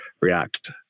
react